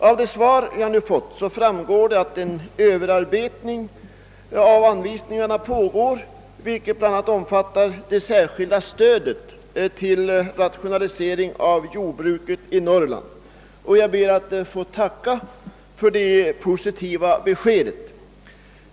Av det svar jag nu fått framgår också alt det pågår en överarbetning av anvisningarna, vilka bl.a. omfattar det särskilda stödet till jordbruket i Norrland. Jag ber att få tacka för det positiva beskedet.